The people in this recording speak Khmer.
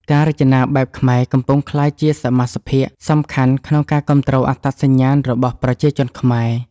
ការរចនាបែបខ្មែរកំពុងក្លាយជាសមាសភាគសំខាន់ក្នុងការគាំទ្រអត្តសញ្ញាណរបស់ប្រជាជនខ្មែរ។